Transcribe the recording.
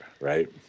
Right